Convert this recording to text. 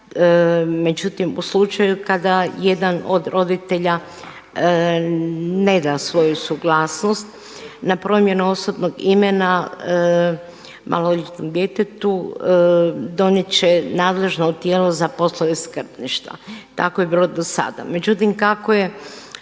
međutim u slučaju kada jedan od roditelja ne da svoju suglasnost, na promjenu osobnog imena maloljetnom djetetu donijet će nadležno tijelo za poslove skrbništva, tako je bilo do sada.